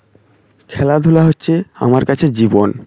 খেলাধুলা হচ্ছে আমার কাছে জীবন